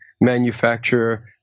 manufacturer